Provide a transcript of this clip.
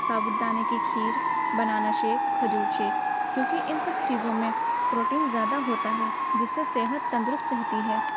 سابو دانے کے کھیر بنانا شیک کھجور شیک کیوں کہ ان سب چیزوں میں پروٹین زیادہ ہوتا ہے جس سے صحت تندرست رہتی ہے